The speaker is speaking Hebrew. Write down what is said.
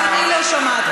גם אני לא שומעת,